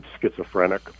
schizophrenic